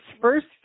first